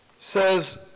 says